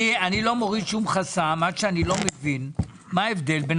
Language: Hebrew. אני לא מוריד שום חסם עד שאני לא מבין מה ההבדל בין